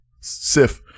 Sif